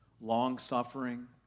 long-suffering